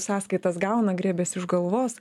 sąskaitas gauna griebiasi už galvos